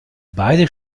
beide